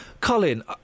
Colin